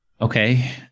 Okay